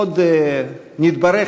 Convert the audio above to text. עוד נתברך